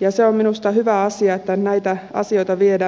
ja se on minusta hyvä asia että näitä asioita viedään ripirinnan